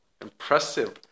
Impressive